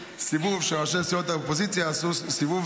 על כך שראשי סיעות האופוזיציה עשו סיבוב,